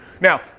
Now